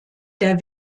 der